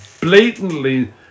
blatantly